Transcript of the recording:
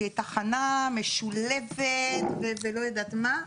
כתחנה משולבת ולא יודעת מה.